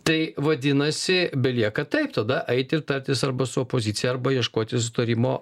tai vadinasi belieka taip tada eiti tartis arba su opozicija arba ieškoti sutarimo